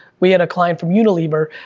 we had a client from unilever,